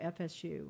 FSU